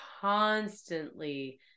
constantly